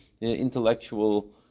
intellectual